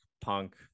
punk